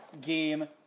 game